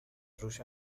روش